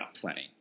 Plenty